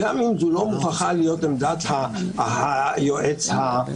גם אם היא לא מוכרחה להיות עמדת היועץ המשפטי.